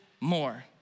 more